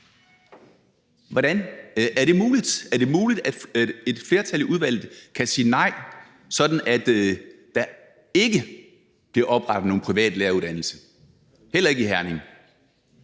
Er det muligt, at et flertal i udvalget kan sige nej, sådan at der ikke bliver oprettet nogen privat læreruddannelse, heller ikke i Herning?